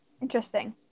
Interesting